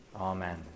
Amen